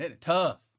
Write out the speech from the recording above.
tough